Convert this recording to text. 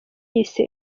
yise